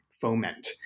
foment